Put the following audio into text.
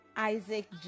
isaac